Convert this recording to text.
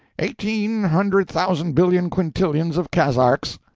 eighteen hundred thousand billion quintillions of kazarks.